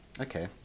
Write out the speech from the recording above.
okay